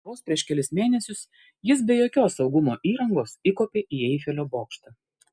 vos prieš kelis mėnesius jis be jokios saugumo įrangos įkopė į eifelio bokštą